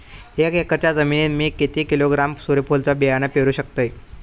एक एकरच्या जमिनीत मी किती किलोग्रॅम सूर्यफुलचा बियाणा पेरु शकतय?